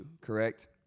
correct